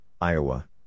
Iowa